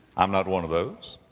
i'm not one of those.